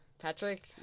Patrick